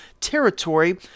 territory